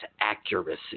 accuracy